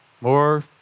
more